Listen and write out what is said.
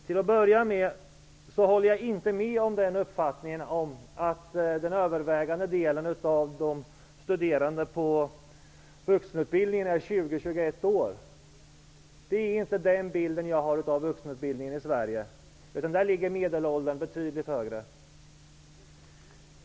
Till en början vill jag säga att jag inte delar uppfattningen att den övervägande delen av de studerande på komvux är 20--21 år. Den bilden har inte jag av vuxenutbildningen i Sverige. I min bild är medelåldern betydligt högre.